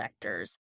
vectors